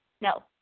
No